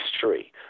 history